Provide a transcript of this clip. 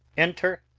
enter,